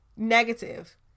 negative